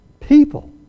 people